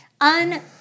Un